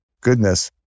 goodness